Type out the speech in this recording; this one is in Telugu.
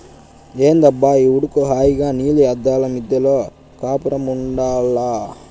ఏందబ్బా ఈ ఉడుకు హాయిగా నీలి అద్దాల మిద్దెలో కాపురముండాల్ల